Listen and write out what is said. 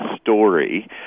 story